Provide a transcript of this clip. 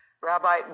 Rabbi